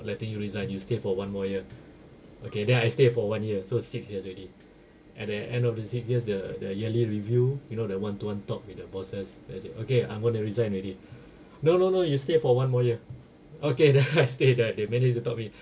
letting you resign you stay for one more year okay then I stay for one year so six years already at the end of the six years the the yearly review you know the one to one talk with the bosses then I said okay I'm gonna to resign already no no no you stay for one more year okay dah stay I there they manage to stop me